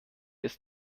ist